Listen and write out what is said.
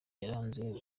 yaranze